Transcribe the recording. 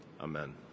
Amen